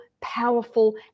powerful